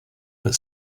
but